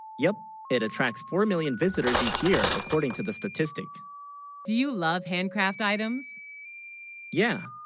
yep it attracts four million visitors each, year according to the statistic do you love handcraft items yeah,